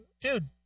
dude